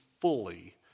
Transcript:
fully